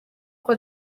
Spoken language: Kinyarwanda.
uko